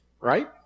right